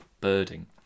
birding